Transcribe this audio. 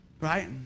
Right